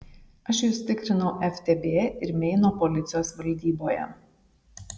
aš jus tikrinau ftb ir meino policijos valdyboje